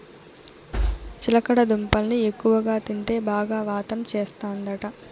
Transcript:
చిలకడ దుంపల్ని ఎక్కువగా తింటే బాగా వాతం చేస్తందట